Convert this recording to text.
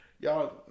Y'all